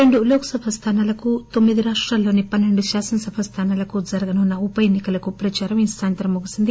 రెండు లోక్ సభ స్థానాలకు తొమ్మిది రాష్రాల్లోని పన్నెండు శాసనసభ స్థానాలకు జరగనున్న ఉప ఎన్ని కలకు ప్రచారం ఈ సాయంత్రం ముగిసింది